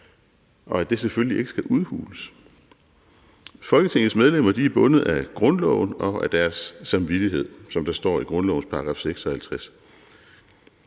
og at det selvfølgelig ikke skal udhules. Folketingets medlemmer er bundet af grundloven og af deres samvittighed, som der står i grundlovens § 56.